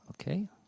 Okay